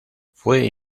fue